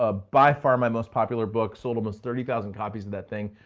ah by far my most popular book, sold almost thirty thousand copies of that thing.